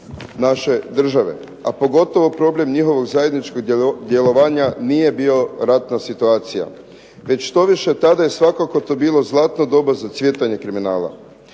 naše države, a pogotovo problem njihovog zajedničkog djelovanja nije bio ratna situacija već štoviše, tada je svakako to bilo zlatno doba za cvjetanje kriminala.